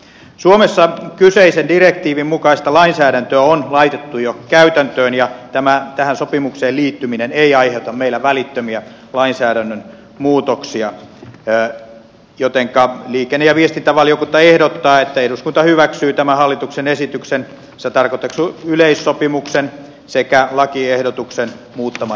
suomessa kyseisen direktiivin mukaista lainsäädäntöä on laitettu jo käytäntöön ja tämä tähän sopimukseen liittyminen ei aiheuta meillä välittömiä lainsäädännön muutoksia jotenka liikenne ja viestintävaliokunta ehdottaa että eduskunta hyväksyy tämän hallituksen esityksessä tarkoitetun yleissopimuksen sekä lakiehdotuksen muuttamattomana